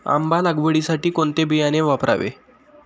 आंबा लागवडीसाठी कोणते बियाणे वापरावे?